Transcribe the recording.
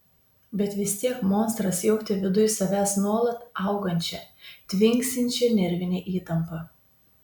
bet vis tiek monstras jautė viduj savęs nuolat augančią tvinksinčią nervinę įtampą